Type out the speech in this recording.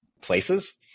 places